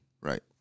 Right